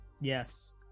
Yes